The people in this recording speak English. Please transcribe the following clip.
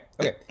okay